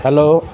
hello